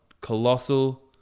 Colossal